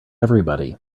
everybody